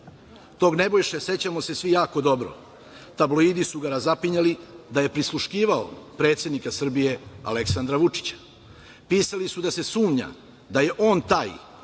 Tog Nebojše sećamo se svi jako dobro. Tabloidi su ga razapinjali da je prisluškivao predsednika Srbije Aleksandra Vučića. Pisali su da se sumnja da je on taj čiji